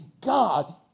God